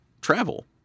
travel